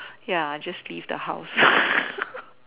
ya just leave the house